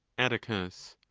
atticus.